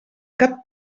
cap